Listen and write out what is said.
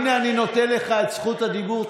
הינה, אני נותן לך את זכות הדיבור.